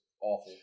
awful